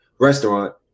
restaurant